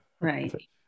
right